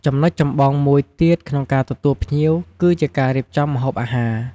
ចំណុចចម្បងមួយទៀតក្នុងការទទួលភ្ញៀវគឺជា ការរៀបចំម្ហូបអាហារ។